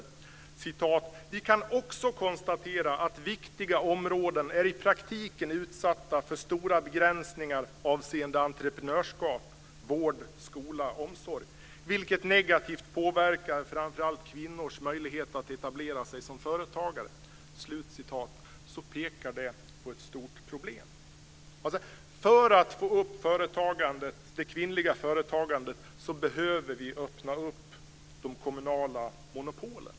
Han skriver: Vi kan också konstatera att viktiga områden är i praktiken utsatta för stora begränsningar avseende entreprenörskap, vård, skola och omsorg, vilket negativt påverkar framför allt kvinnors möjlighet att etablera sig som företagare. Det pekar på ett stort problem. För att få upp det kvinnliga företagandet behöver vi öppna upp de kommunala monopolen.